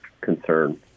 concern